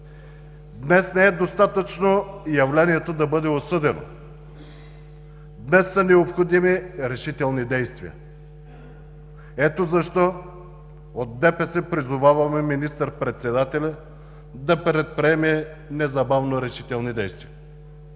Днес не е достатъчно явлението да бъде осъдено, днес са необходими решителни действия. Ето защо от ДПС призоваваме министър-председателя да предприеме незабавно решителни действия.